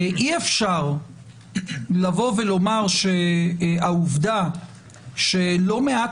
אי אפשר לבוא ולומר שבגלל העובדה שלא מעט